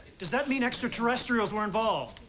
does that mean extraterrestrials were involved?